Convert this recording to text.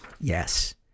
Yes